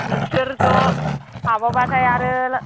नोंसोर ज' हाबाबाथाय आरो